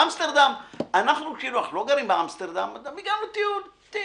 באמסטרדם, אנחנו לא גרים באמסטרדם אתה